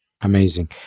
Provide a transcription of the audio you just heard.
Amazing